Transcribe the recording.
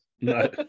No